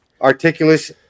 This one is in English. articulous